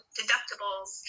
deductibles